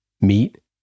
Meet